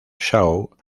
shawn